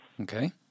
Okay